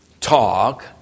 talk